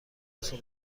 صبح